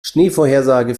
schneevorhersage